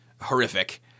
horrific